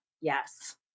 Yes